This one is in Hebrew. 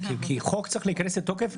חוק צריך להיכנס לתוקף,